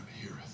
heareth